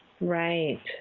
Right